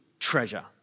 Treasure